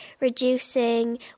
reducing